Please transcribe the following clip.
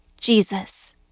Jesus